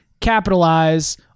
capitalize